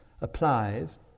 applies